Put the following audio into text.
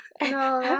No